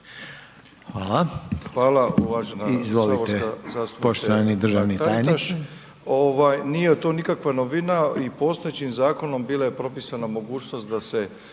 Hvala. Izvolite poštovani državni tajniče.